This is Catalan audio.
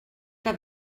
que